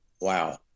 wow